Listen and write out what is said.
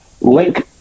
link